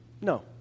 No